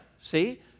see